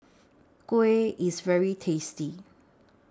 Kuih IS very tasty